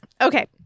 Okay